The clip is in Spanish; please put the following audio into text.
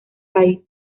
país